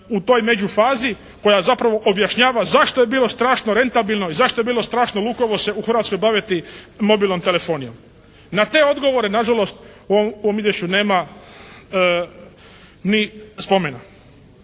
u toj međufazi koja zapravo objašnjava zašto je bilo strašno rentabilno i zašto je bilo strašno lukavo se u Hrvatskoj baviti mobilnom telefonijom? Na te odgovore nažalost u ovom izvješću nema ni spomena.